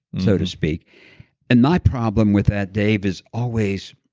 so to speak and my problem with that, dave, is always